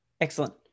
Excellent